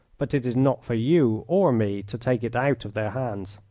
but it is not for you or me to take it out of their hands.